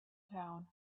town